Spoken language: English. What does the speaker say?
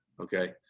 okay